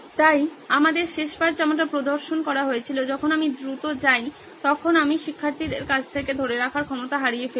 তাই আমাদের শেষবার যেমনটা প্রদর্শন করা হয়েছিল যখন আমি দ্রুত যাই তখন আমি শিক্ষার্থীদের কাছ থেকে ধরে রাখার ক্ষমতা হারিয়ে ফেলি